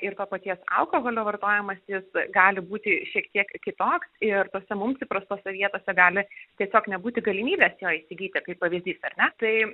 ir to paties alkoholio vartojamas jis gali būti šiek tiek kitoks ir tose mums įprastose vietose gali tiesiog nebūti galimybes jo įsigyti kaip pavyzdys ar ne tai